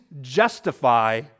justify